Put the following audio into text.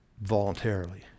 voluntarily